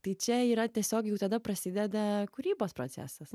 tai čia yra tiesiog jau tada prasideda kūrybos procesas